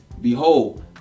behold